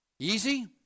Easy